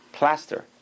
Plaster